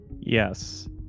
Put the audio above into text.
Yes